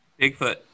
Bigfoot